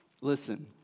Listen